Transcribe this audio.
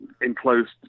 enclosed